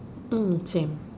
mm same